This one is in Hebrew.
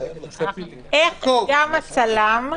איך גם הצלם,